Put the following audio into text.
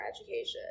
education